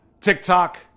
TikTok